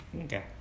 okay